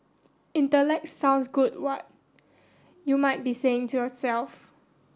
intellect sounds good what you might be saying to yourself